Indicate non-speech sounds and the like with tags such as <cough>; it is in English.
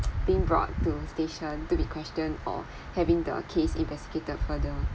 <noise> been brought to station to be questioned or having the case investigated further